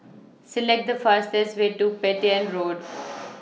Select The fastest Way to Petain Road